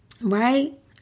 Right